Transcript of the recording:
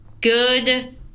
good